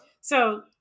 So-